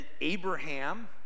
Abraham